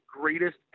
greatest